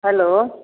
hello